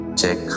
check